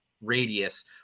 radius